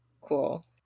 Cool